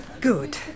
good